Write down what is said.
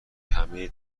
همه